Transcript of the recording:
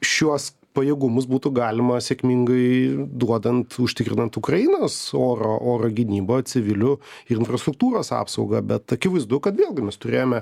šiuos pajėgumus būtų galima sėkmingai duodant užtikrinant ukrainos oro oro gynybą civilių ir infrastruktūros apsaugą bet akivaizdu kad vėlgi mes turėjome